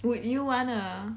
would you wanna